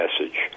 message